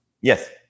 Yes